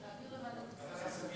להעביר לוועדת הכספים.